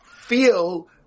feel